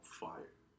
fire